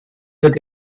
wird